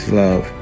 love